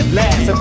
last